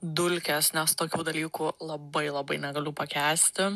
dulkes nes tokių dalykų labai labai negaliu pakęsti